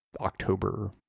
October